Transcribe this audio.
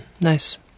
Nice